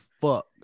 fuck